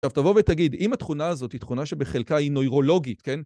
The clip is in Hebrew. עכשיו, תבוא ותגיד, אם התכונה הזאת היא תכונה שבחלקה היא נוירולוגית, כן?